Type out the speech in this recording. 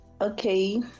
okay